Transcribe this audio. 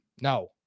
No